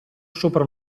sopra